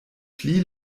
pli